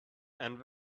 and